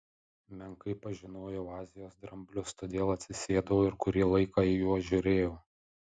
menkai pažinojau azijos dramblius todėl atsisėdau ir kurį laiką į juos žiūrėjau